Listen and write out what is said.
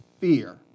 fear